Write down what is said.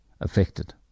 affected